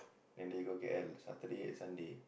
then they go K_L Saturday and Sunday